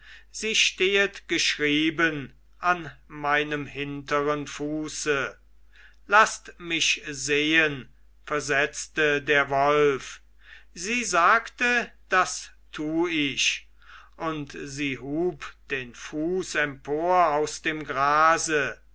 sie stehet geschrieben an meinem hinteren fuße laßt mich sehen versetzte der wolf sie sagte das tu ich und sie hub den fuß empor aus dem grase